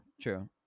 true